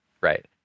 Right